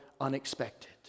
unexpected